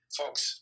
folks